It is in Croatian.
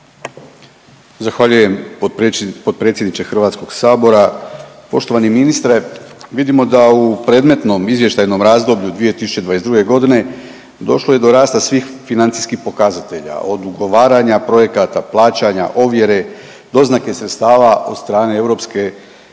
Zahvaljujem potpredsjedniče Hrvatskog sabora. Poštovani ministre vidimo da u predmetnom izvještajnom razdoblju 2022. godine došlo je do rasta svih financijskih pokazatelja od ugovaranja projekata, plaćanja, ovjere, doznake sredstava od strane Europske komisije.